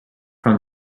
from